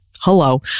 Hello